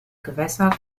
gewässer